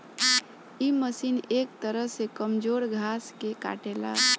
इ मशीन एक तरह से कमजोर घास के काटेला